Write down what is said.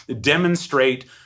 demonstrate